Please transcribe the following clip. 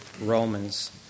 Romans